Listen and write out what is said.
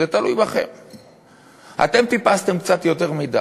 זה תלוי בכם.